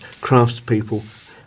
craftspeople